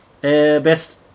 Best